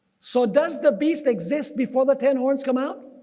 so does the beast exist before the ten horns come out?